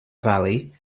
valley